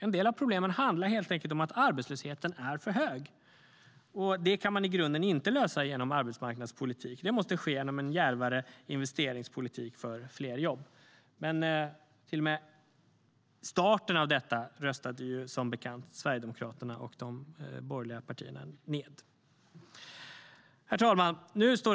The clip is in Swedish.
En del av problemen handlar helt enkelt om att arbetslösheten är för hög, och det kan man i grunden inte lösa genom arbetsmarknadspolitik, utan det måste ske genom en djärvare investeringspolitik för fler jobb. Men till och med starten av detta röstade som bekant Sverigedemokraterna och de borgerliga partierna ned. Herr talman!